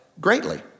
greatly